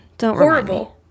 horrible